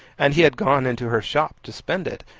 and he had gone into her shop to spend it,